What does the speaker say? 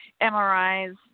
MRIs